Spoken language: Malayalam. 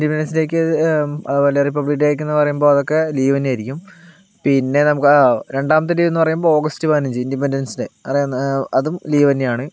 ഇൻഡിപെൻഡൻസ് ഡേയ്ക്ക് അതുപോലെ റിപ്പബ്ലിക് ഡേയ്ക്ക് എന്ന് പറയുമ്പോൾ അതൊക്കെ ലീവ് തന്നെയായിരിക്കും പിന്നെ നമുക്ക് രണ്ടാമത്തെ ലീവ് എന്ന് പറയുമ്പോൾ ഓഗസ്റ്റ് പതിനഞ്ച് ഇൻഡിപെൻഡൻസ് ഡേ അതും ലീവ് തന്നെയാണ്